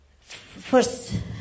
first